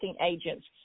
agents